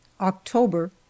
October